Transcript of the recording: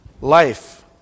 life